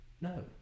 No